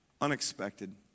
Unexpected